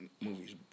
movies